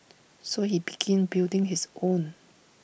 so he began building his own